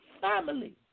family